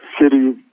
City